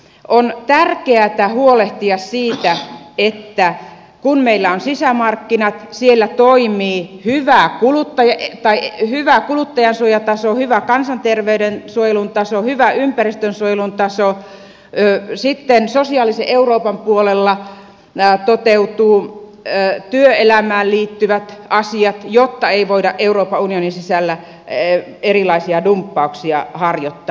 on tärkeätä huolehtia siitä että kun meillä on sisämarkkinat siellä toimii hyvä kuluttajansuojataso hyvä kansanterveyden suojelun taso hyvä ympäristönsuojelun taso sitten sosiaalisen euroopan puolella toteutuvat työelämään liittyvät asiat jotta ei voida euroopan unio nin sisällä erilaisia dumppauksia harjoittaa